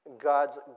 God's